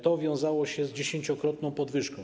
To wiązało się z dziesięciokrotną podwyżką.